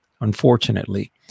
unfortunately